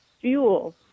fuel